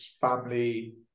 family